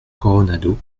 coronado